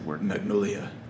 Magnolia